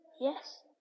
Yes